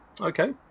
Okay